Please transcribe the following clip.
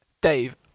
Dave